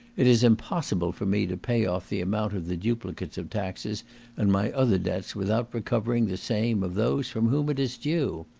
it is impossible for me to pay off the amount of the duplicates of taxes and my other debts without recovering the same of those from whom it is due.